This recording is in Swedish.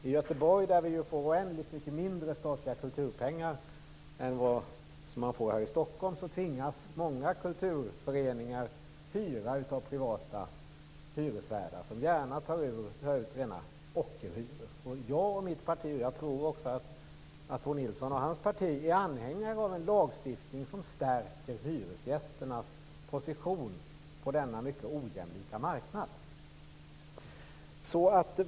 I Göteborg där vi ju får oändligt mycket mindre statliga kulturpengar än vad man får här i Stockholm tvingas många kulturföreningar att hyra av privata hyresvärdar som gärna tar ut rena ockerhyror. Jag och mitt parti - och som jag tror också Bo Nilsson och hans parti - är anhängare av en lagstiftning som stärker hyresgästernas position på denna mycket ojämlika marknad.